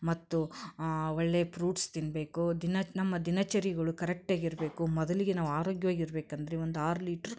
ಮತ್ತು ಒಳ್ಳೆಯ ಪ್ರೂಟ್ಸ್ ತಿನ್ನಬೇಕು ದಿನ ನಮ್ಮ ದಿನಚರಿಗಳು ಕರೆಕ್ಟಗಿರಬೇಕು ಮೊದಲಿಗೆ ನಾವು ಆರೋಗ್ಯವಾಗಿ ಇರಬೇಕಂದ್ರೆ ಒಂದು ಆರು ಲೀಟ್ರು